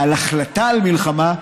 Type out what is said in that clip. בהחלטה על מלחמה,